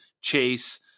Chase